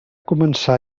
començar